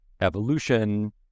evolution